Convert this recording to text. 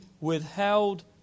withheld